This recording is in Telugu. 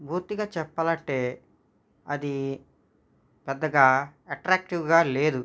బొత్తిగా చెప్పాలంటే అది పెద్దగా అట్రాక్టివ్గా లేదు